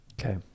Okay